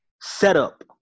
setup